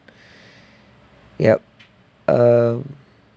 yup um